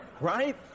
right